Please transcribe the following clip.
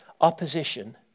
opposition